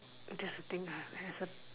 that's the thing there's A